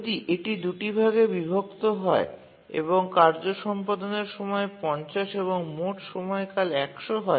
যদি এটি ২ টি ভাগে বিভক্ত হয় এবং কার্য সম্পাদনের সময় ৫০ এবং মোট সময়কাল ১০০ হয়